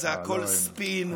זה הכול ספין.